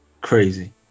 crazy